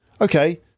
Okay